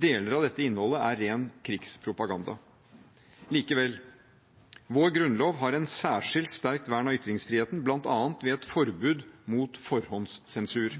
Deler av dette innholdet er ren krigspropaganda. Likevel: Vår grunnlov har et særskilt sterkt vern av ytringsfriheten, bl.a. ved et forbud mot forhåndssensur.